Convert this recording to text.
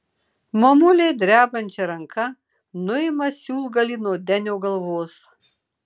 mamulė drebančia ranka nuima siūlgalį nuo denio galvos